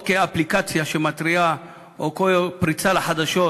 אפליקציה שמתריעה או כפריצה לחדשות,